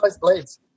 blades